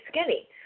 skinny